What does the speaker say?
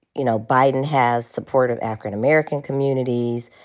you know, biden has support of african-american communities,